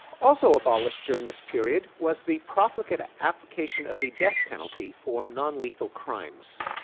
also abolished during this period was the profligate application of the death penalty for nonlethal crimes.